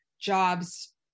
jobs